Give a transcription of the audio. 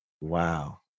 wow